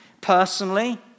personally